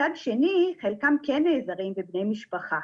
מצד שני, חלקם כן נעזרים בבני משפחה,